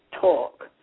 talk